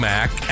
Mac